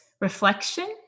reflection